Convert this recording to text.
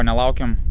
and welcome